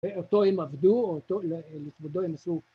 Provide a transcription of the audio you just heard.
‫אותו הם עבדו, לכבודו הם עשו...